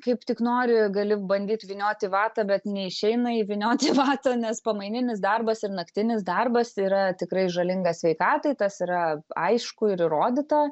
kaip tik nori gali bandyti vynioti vatą bet neišeina įvynioti į vatą nes pamaininis darbas ir naktinis darbas yra tikrai žalingas sveikatai tas yra aišku ir įrodyta